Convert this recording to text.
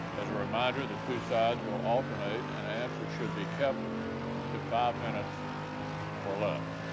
a reminder the two sides will alternate and answers should be kept to five minutes or less.